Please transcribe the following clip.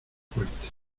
fuerte